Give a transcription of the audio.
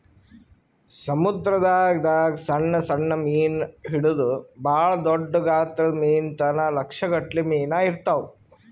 ಸಮುದ್ರದಾಗ್ ದಾಗ್ ಸಣ್ಣ್ ಸಣ್ಣ್ ಮೀನ್ ಹಿಡದು ಭಾಳ್ ದೊಡ್ಡ್ ಗಾತ್ರದ್ ಮೀನ್ ತನ ಲಕ್ಷ್ ಗಟ್ಲೆ ಮೀನಾ ಇರ್ತವ್